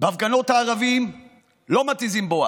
בהפגנות הערבים לא מתיזים בואש,